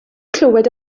clywed